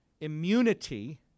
immunity